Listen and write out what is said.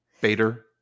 Bader